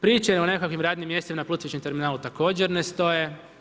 Priče o nekakvim radnim mjestima na plutajućem terminalu također ne stoje.